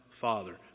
Father